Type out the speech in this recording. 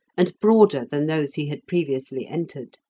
and broader than those he had previously entered.